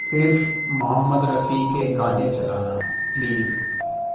صرف محمد رفیع کے گانے چلانا پلیز